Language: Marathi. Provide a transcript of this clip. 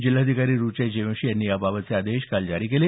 जिल्हाधिकारी रुचेश जयवंशी यांनी याबाबतचे आदेश काल जारी केले